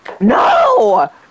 No